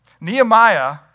Nehemiah